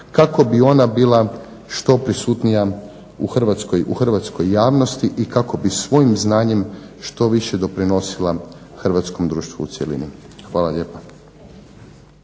sada rekao bila što prisutnija u hrvatskoj javnosti i kako bi svojim znanjem što više doprinosila hrvatskom društvu u cjelini. Hvala lijepa.